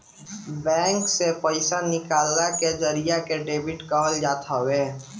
bank से पईसा निकाले के जरिया के डेबिट कहल जात हवे